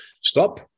stop